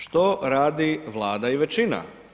Što radi Vlada i većina?